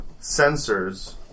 sensors